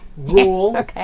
Rule